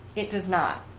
it does not.